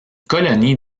colonie